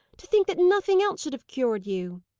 to think that nothing else should have cured you!